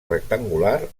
rectangular